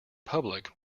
public